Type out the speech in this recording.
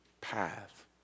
path